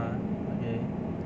ah okay